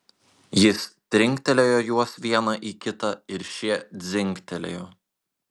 jis trinktelėjo juos vieną į kitą ir šie dzingtelėjo